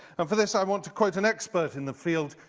and for this i want to quote an expert in the field,